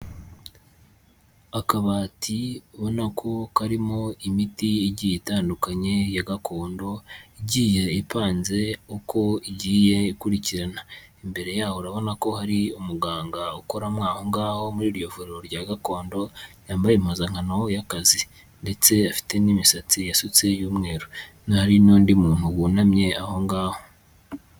Akabati ubona ko karimo imiti igiye itandukanye ya gakondo, igiye ipanze uko igiye ikurikirana. Imbere yaho urabona ko hari umuganga ukoramo aho ngaho muri iryo vuriro rya gakondo, yambaye impuzankano y'akazi ndetse afite n'imisatsi yasutse y'umweru. Hari n'undi muntu wunamye aho ngaho.